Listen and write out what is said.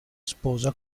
sposa